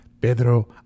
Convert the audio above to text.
Pedro